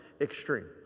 extreme